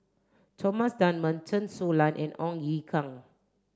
Thomas Dunman Chen Su Lan and Ong Ye Kung